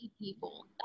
People